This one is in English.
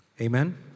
Amen